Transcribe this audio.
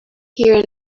here